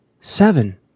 seven